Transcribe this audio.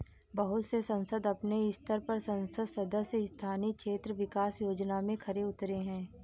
बहुत से संसद अपने स्तर पर संसद सदस्य स्थानीय क्षेत्र विकास योजना में खरे उतरे हैं